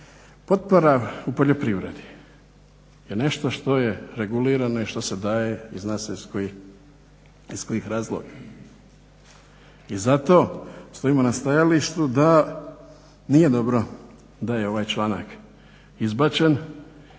potpora u poljoprivredi je nešto što je regulirano i što se daje i zna se iz kojih razloga. I zato stojimo na stajalištu da nije dobro da je ovaj članak izbačen